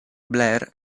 blair